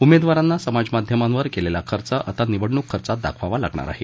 उमेदवारांना समाजमाध्यमांवर केलेला खर्च आता निवडणूक खर्चात दाखवावा लागणार आहे